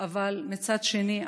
אבל מצד שני,